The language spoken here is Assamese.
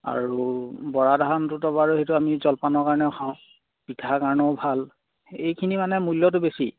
আৰু বৰা ধানটোতো বাৰু সেইটো আমি জলপানৰ কাৰণেও খাওঁ পিঠাৰ কাৰণেও ভাল এইখিনি মানে মূল্যটো বেছি